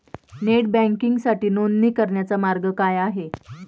Net बँकिंगसाठी नोंदणी करण्याचा मार्ग काय आहे?